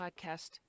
podcast